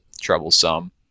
troublesome